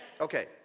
Okay